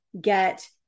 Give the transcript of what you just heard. get